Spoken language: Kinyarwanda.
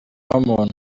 w’umuntu